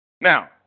Now